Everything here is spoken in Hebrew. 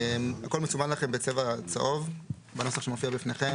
הכול מסומן לכם בצבע צהוב בנוסח שמופיע בפניכם